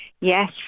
Yes